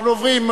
אנחנו עוברים,